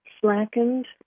slackened